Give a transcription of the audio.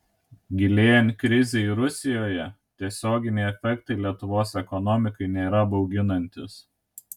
gilėjant krizei rusijoje tiesioginiai efektai lietuvos ekonomikai nėra bauginantys